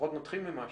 לפחות נתחיל ממשהו.